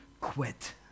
quit